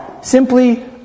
Simply